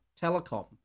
telecom